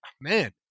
man